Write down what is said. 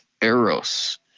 Eros